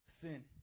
sin